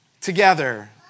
together